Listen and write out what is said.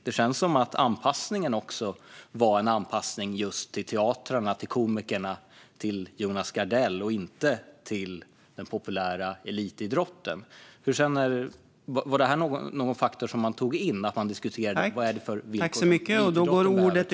Det känns som att anpassningen också var för just teatrarna, för komikerna, för Jonas Gardell och inte för den populära elitidrotten. Var det en faktor som man tog in? Diskuterade man vilka villkor idrotten behöver?